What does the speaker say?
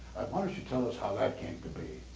why don't you tell us how that came to be?